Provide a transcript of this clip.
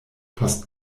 post